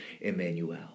Emmanuel